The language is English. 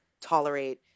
tolerate